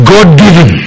God-given